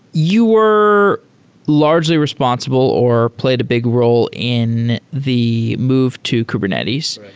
you were largely responsible or played a big role in the move to kubernetes.